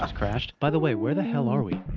ah by the way, where the hell are we?